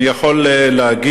אני יכול להגיד,